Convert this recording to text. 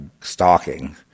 stalking